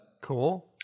Cool